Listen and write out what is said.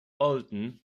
olten